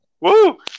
Woo